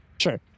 sure